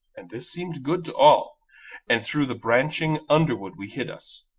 and this seemed good to all and through the branching underwood we hid us,